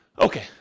Okay